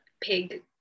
pig